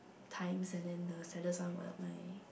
times and the saddest was my